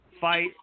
fight